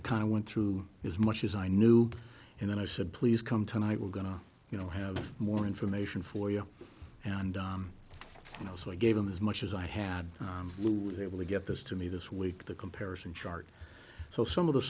i kind of went through as much as i knew and then i said please come tonight we're going to you know have more information for you and you know so i gave him as much as i had who was able to get this to me this week the comparison chart so some of the